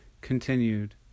Continued